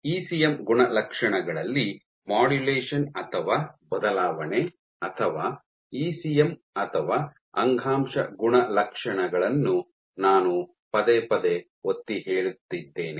ECM ಗುಣಲಕ್ಷಣಗಳಲ್ಲಿ modulation ಅಥವಾ ಬದಲಾವಣೆ ಅಥವಾ ಇಸಿಎಂ ಅಥವಾ ಅಂಗಾಂಶ ಗುಣಲಕ್ಷಣಗಳನ್ನು ನಾನು ಪದೇ ಪದೇ ಒತ್ತಿಹೇಳಿದ್ದೇನೆ